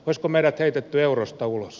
olisiko meidät heitetty eurosta ulos